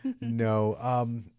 No